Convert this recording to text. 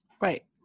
Right